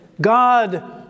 God